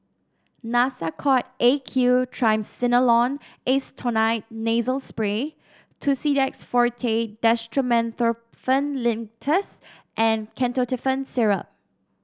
Nasacort A Q Triamcinolone Acetonide Nasal Spray Tussidex Forte Dextromethorphan Linctus and Ketotifen Syrup